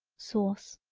sauce.